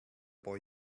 boy